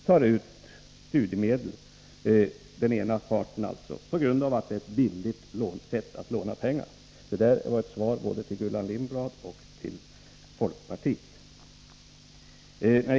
tar ut studiemedel på grund av att det är ett billigt sätt att låna pengar. Det var ett svar både till Gullan Lindblad och till Jörgen Ullenhag.